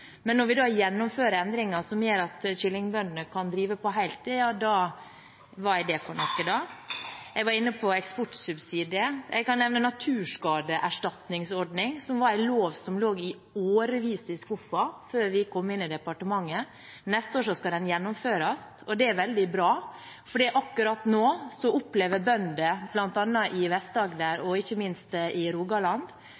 men når vi da gjennomfører endringer som gjør at kyllingbøndene kan drive på heltid, ja, da: – Hva er det for noe, da? Jeg var inne på eksportsubsidier. Jeg kan nevne naturskadeerstatningsordningen, en lov som lå i skuffen i årevis før vi kom inn i departementet. Neste år skal endringer tre i kraft, og det er veldig bra, for akkurat nå opplever bønder, bl.a. i Vest-Agder og ikke minst i Rogaland,